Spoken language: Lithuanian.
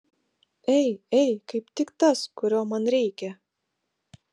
ei ei kaip tik tas kurio man reikia